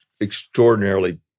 extraordinarily